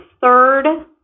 third